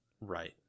Right